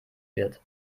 wird